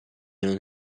non